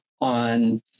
on